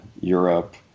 Europe